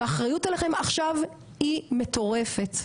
והאחריות אליכם עכשיו היא מטורפת.